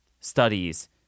studies